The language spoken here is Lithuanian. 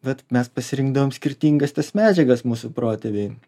vat mes pasirinkdavom skirtingas tas medžiagas mūsų protėviai